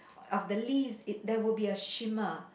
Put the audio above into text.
of the leaves it there would be a shimmer